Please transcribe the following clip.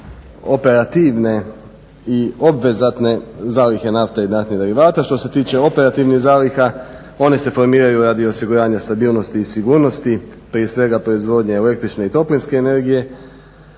dakle operativne i obvezatne zalihe nafte i naftnih derivata. Što se tiče operativnih zaliha, one se formiraju radi osiguranja stabilnosti i sigurnosti, prije svega proizvodnja električne i toplinske energije